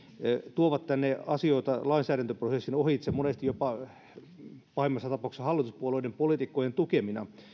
tuovat tänne asioita lainsäädäntöprosessin ohitse pahimmassa tapauksessa jopa hallituspuolueiden poliitikkojen tukemina